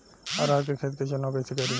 अरहर के खेत के चुनाव कईसे करी?